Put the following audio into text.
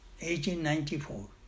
1894